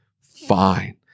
Fine